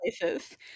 places